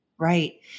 Right